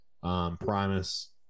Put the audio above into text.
Primus